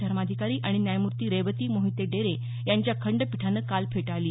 धर्माधिकारी आणि न्यायमूर्ती रेवती मोहिते डेरे यांच्या खंडपीठानं काल फेटाळली